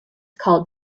called